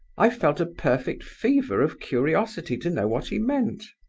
i felt a perfect fever of curiosity to know what he meant.